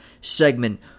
segment